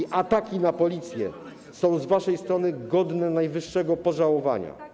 I ataki na Policję są z waszej strony godne najwyższego pożałowania.